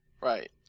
Right